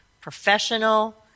professional